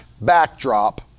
backdrop